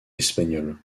espagnole